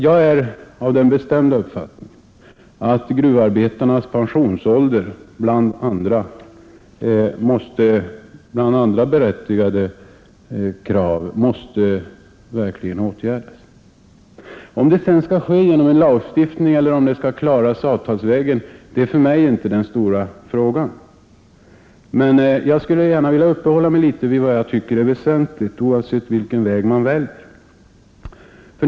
Jag är av den bestämda uppfattningen att gruvarbetarnas pensionsålder bland andra berättigade krav verkligen måste åtgärdas. Om det sedan skall ske genom en lagstiftning eller om det skall klaras avtalsvägen är för mig inte den stora frågan. Men jag skulle gärna vilja uppehålla mig litet vid vad jag tycker är väsentligt, oavsett vilken väg man väljer.